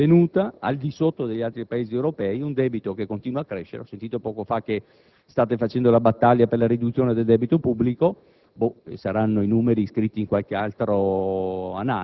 Quindi, un PIL che crescerà in maniera molto contenuta, al di sotto degli altri Paesi europei, e un debito che continua a crescere. Ho sentito poco fa che state facendo la battaglia per la riduzione del debito pubblico;